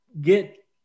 get